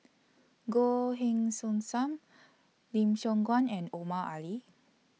Goh Heng Soon SAM Lim Siong Guan and Omar Ali